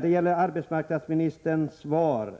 Tarbetsmarknadsministerns svar